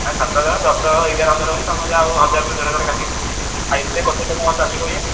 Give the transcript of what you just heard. ନାହିଁ ସାତ ହଜାର ଦଶ ଏଗାର ହଜାର ହେଉଛି ତମେ ଯାହା ଆଉ ହଜାର କି ଦେଢ଼ ହଜାର କାଟିବେ ଆ ଏତେ କଟେଇଲେ ଆଉ କ'ଣ ଚାଲିବ ଏଇ ଆଉ